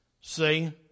See